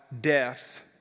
death